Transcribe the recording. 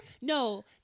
No